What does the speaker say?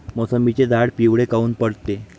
मोसंबीचे झाडं पिवळे काऊन पडते?